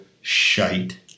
shite